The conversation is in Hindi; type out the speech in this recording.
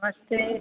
नमस्ते